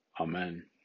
Amen